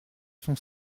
son